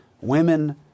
women